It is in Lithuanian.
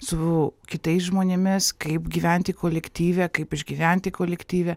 su kitais žmonėmis kaip gyventi kolektyve kaip išgyventi kolektyve